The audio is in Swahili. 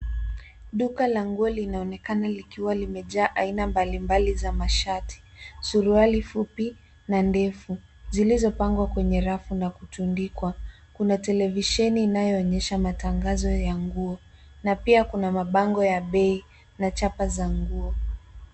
Duka la nguo linaonekana likiwa limejaa aina mbalimbali za mashati, suruali fupi na ndefu zilizopangwa kwenye rafu na kutundikwa. Kuna televisheni inayoonyesha matangazo ya nguo na pia kuna mabango ya bei na chapa za nguo.